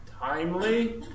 timely